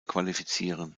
qualifizieren